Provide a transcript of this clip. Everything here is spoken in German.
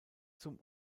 zum